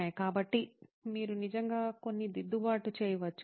కాబట్టి మీరు నిజంగా కొన్ని దిద్దుబాట్లు చేయవచ్చు